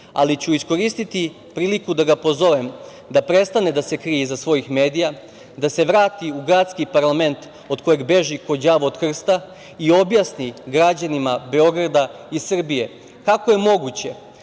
ali ću iskoristiti priliku da ga pozovem da prestane da se krije iza svojih medija, da se vrati u gradski parlament od kojeg beži ko đavo od krsta i objasni građanima Beograda i Srbije kako je moguće